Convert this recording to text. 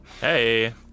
Hey